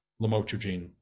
lamotrigine